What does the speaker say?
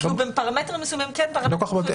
בפרמטרים מסוימים כן ובפרמטרים אחרים לא.